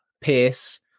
Pierce